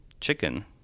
chicken